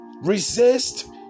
Resist